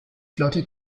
flotte